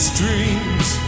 dreams